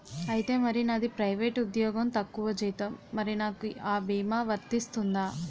ఐతే మరి నాది ప్రైవేట్ ఉద్యోగం తక్కువ జీతం మరి నాకు అ భీమా వర్తిస్తుందా?